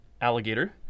alligator